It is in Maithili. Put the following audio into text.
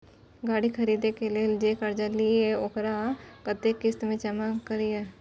गाड़ी खरदे के लेल जे कर्जा लेलिए वकरा कतेक किस्त में जमा करिए?